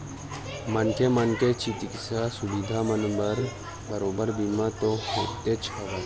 मनखे मन के चिकित्सा सुबिधा मन बर बरोबर बीमा तो होतेच हवय